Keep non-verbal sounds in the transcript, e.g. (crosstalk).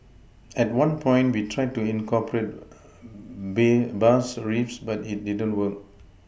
at one point we tried to incorporate (unintelligible) bass riffs but it didn't work